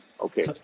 Okay